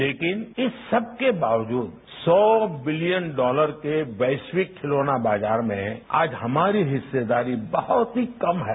लेकिन इन सबके बॉवजूद सौ विलियन डॉलर के वैश्विक खिलौना बाजार में आज हमारी हिस्सेदारी बहत ही कम है